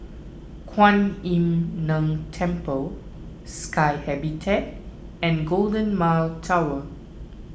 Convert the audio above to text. Kuan Im Tng Temple Sky Habitat and Golden Mile Tower